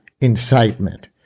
incitement